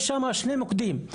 יש שם שני מוקדים: